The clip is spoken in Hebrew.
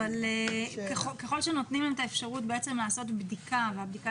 ככל שנותנים להם את האפשרות לעשות בדיקה והבדיקה